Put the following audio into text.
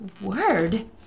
word